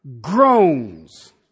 groans